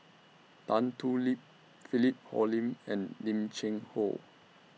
Tan Thoon Lip Philip Hoalim and Lim Cheng Hoe